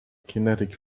kinetic